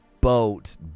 boat